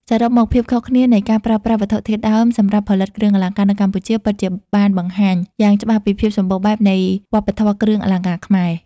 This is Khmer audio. សរុបមក ភាពខុសគ្នានៃការប្រើប្រាស់វត្ថុធាតុដើមសម្រាប់ផលិតគ្រឿងអលង្ការនៅកម្ពុជា ពិតជាបានបង្ហាញយ៉ាងច្បាស់ពីភាពសម្បូរបែបនៃវប្បធម៌គ្រឿងអលង្ការខ្មែរ។